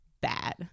bad